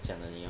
这样而已 orh